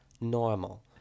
normal